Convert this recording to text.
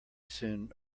soon